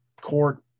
court